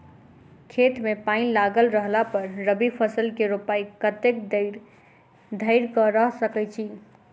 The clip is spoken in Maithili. खेत मे पानि लागल रहला पर रबी फसल केँ रोपाइ कतेक देरी धरि कऽ सकै छी?